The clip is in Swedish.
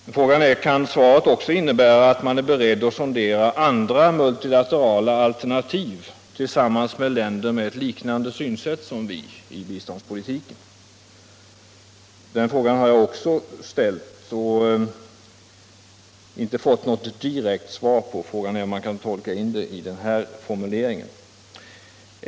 Men innebär svaret också att man är beredd att sondera andra multilaterala alternativ tillsammans med länder med ett liknande synsätt i biståndspolitiken som vårt? Den frågan har jag också ställt men inte fått något direkt svar på, såvida man inte kan tolka in något i den av mig citerade formuleringen.